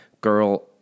girl